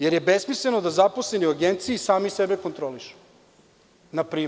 Jer, besmisleno je da zaposleni u Agenciji sami sebe kontrolišu.